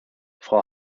frau